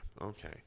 Okay